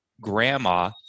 grandma